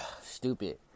Stupid